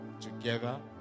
together